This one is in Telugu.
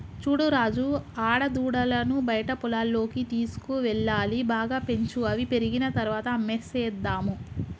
చూడు రాజు ఆడదూడలను బయట పొలాల్లోకి తీసుకువెళ్లాలి బాగా పెంచు అవి పెరిగిన తర్వాత అమ్మేసేద్దాము